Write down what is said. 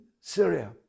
Syria